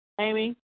Amy